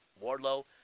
Warlow